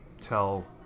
tell